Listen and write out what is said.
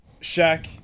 Shaq